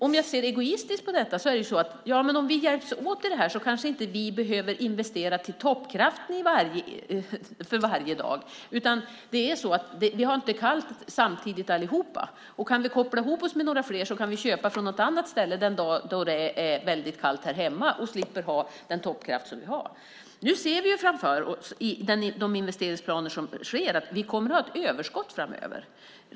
Om jag ser egoistiskt på detta är det ju så att om vi hjälps åt i det här så kanske inte vi behöver investera för toppkraften för varje dag. Alla har det inte kallt samtidigt, och kan vi koppla ihop oss med några fler kan vi köpa från något annat ställe den dag då det är väldigt kallt här hemma och slipper ha den toppkraft som vi har. Nu ser vi framför oss i de investeringsplaner som finns att vi kommer att ha ett överskott framöver.